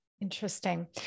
Interesting